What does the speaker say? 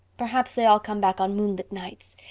perhaps they all come back on moonlit nights.